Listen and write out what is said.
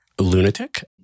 lunatic